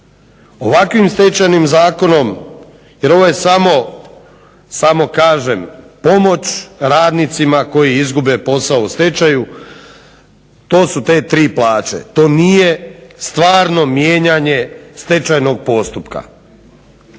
Ovakvim Stečajnim zakonom jer ovo je samo kažem pomoć radnicima koji izgube posao u stečaju to su te tri plaće. To nije stvarno mijenjanje stečajnog postupka,